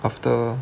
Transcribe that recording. after